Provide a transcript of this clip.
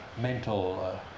mental